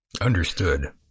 Understood